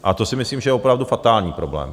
A to si myslím, že je opravdu fatální problém.